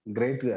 Great